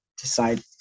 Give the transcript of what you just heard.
decide